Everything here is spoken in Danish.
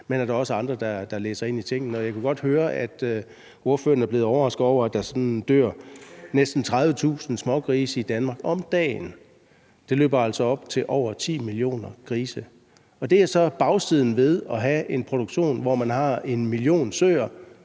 men at der også er andre, der sætter sig ind i tingene. Jeg kunne godt høre, at ordføreren er blevet overrasket over, at der dør næsten 30.000 smågrise i Danmark om dagen. Det løber altså op i over 10 millioner grise, og det er så bagsiden ved at have en produktion, hvor man har 1 million søer,